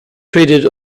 traded